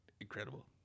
incredible